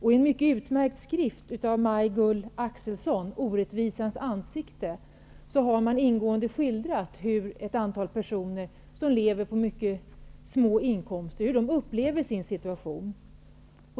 I en utmärkt skrift av Maj-Gull Axelsson, ''Orättvisans ansikte'', har man ingående skildrat hur ett antal personer som lever på mycket små inkomster upplever sin situation.